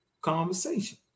conversation